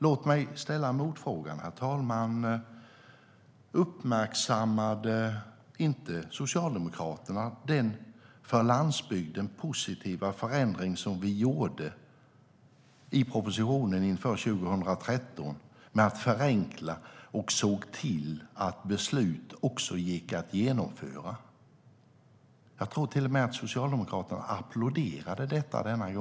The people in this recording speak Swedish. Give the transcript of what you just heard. Låt mig ställa en motfråga till Isak From. Uppmärksammade Socialdemokraterna inte den för landsbygden positiva förändring som vi gjorde i propositionen inför 2013 med att förenkla och se till att beslut också gick att genomföra? Jag tror till och med att Socialdemokraterna applåderade detta.